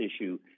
issue